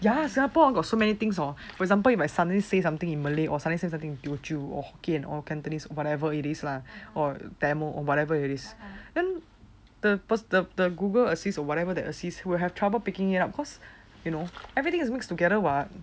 ya singapore got so many things hor for example if I suddenly say something in malay or suddenly say something in teochew or hokkien or cantonese or whatever it is lah or tamil or whatever it is then the per~ the the google assist or whatever that assist will have trouble picking it up cause you know everything is mixed together [what]